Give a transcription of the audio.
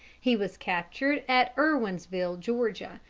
he was captured at irwinsville, georgia,